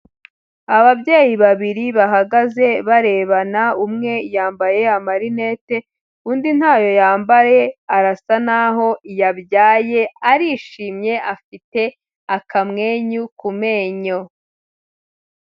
Ababyeyi babiri bahagaze barebana umwe yambaye amarinete undi ntayo yambare, arasa n'aho yabyaye arishimye, afite akamwenyu ku menyo.